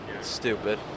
Stupid